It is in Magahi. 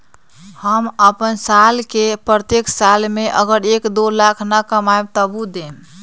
हम अपन साल के प्रत्येक साल मे अगर एक, दो लाख न कमाये तवु देम?